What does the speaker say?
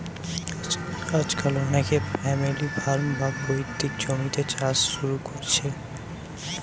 আজকাল অনেকে family farm, বা পৈতৃক জমিতে চাষ শুরু কোরছে